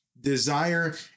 desire